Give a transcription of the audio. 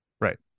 right